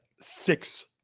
six